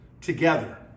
together